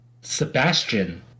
Sebastian